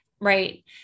right